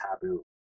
taboo